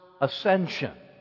ascension